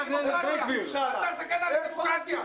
אתה סכנה לדמוקרטיה.